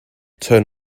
turn